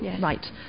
Right